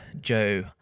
Joe